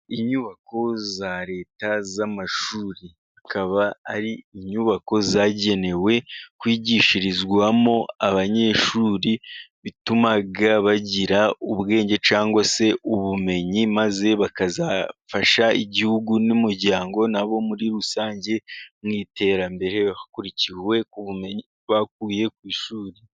Inyubako za leta z'amashuri, akaba ari inyubako zagenewe kwigishirizwamo abanyeshuri, bituma bagira ubwenge cyangwa se ubumenyi, maze bakazafasha Igihugu n'umuryango nabo muri rusange, mu iterambere hakurikiwe ubumenyi bakuye ku ishuri.